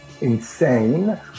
insane